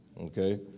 Okay